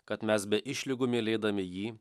kad mes be išlygų mylėdami jį